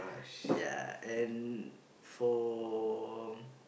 yeah and for